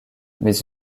mais